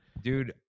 dude